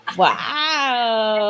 wow